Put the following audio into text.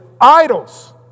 idols